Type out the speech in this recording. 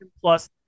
Plus